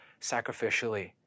sacrificially